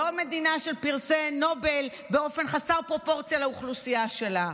לא מדינה של פרסי נובל באופן חסר פרופורציה לאוכלוסייה שלה,